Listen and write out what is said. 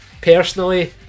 personally